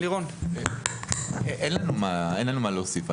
אין לנו מה להוסיף.